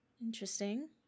Interesting